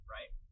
Right